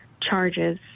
charges